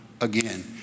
again